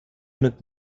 mit